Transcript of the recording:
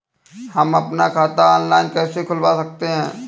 हम अपना खाता ऑनलाइन कैसे खुलवा सकते हैं?